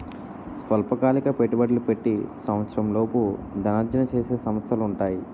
స్వల్పకాలిక పెట్టుబడులు పెట్టి సంవత్సరంలోపు ధనార్జన చేసే సంస్థలు ఉంటాయి